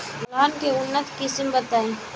दलहन के उन्नत किस्म बताई?